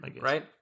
Right